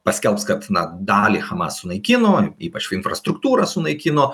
paskelbs kad na dalį hamas sunaikino ypač infrastruktūrą sunaikino